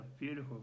beautiful